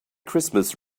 christmas